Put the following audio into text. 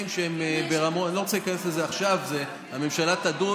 אני רוצה לעבור לשאילתה הבאה, שאילתה דחופה.